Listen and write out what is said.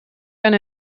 eine